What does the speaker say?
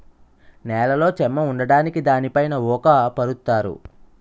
నేలలో చెమ్మ ఉండడానికి దానిపైన ఊక పరుత్తారు